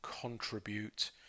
contribute